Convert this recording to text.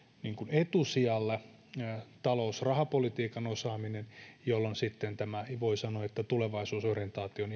etusijalle talous ja rahapolitiikan osaamisen jolloin sitten tämä voi sanoa tulevaisuusorientaatio on